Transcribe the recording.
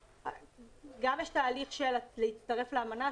גם יש תהליך של להצטרף לאמנה,